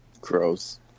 Gross